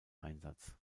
einsatz